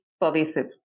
pervasive